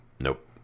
nope